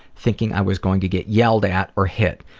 thinking i was going to get yelled at or hit.